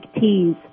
teas